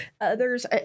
others